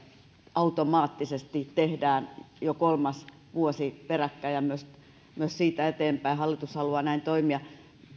automaattisesti tehdään jo kolmas vuosi peräkkäin ja myös siitä eteenpäin hallitus haluaa näin toimia